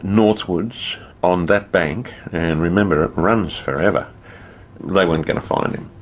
northwards on that bank and remember it runs forever they weren't going to find him.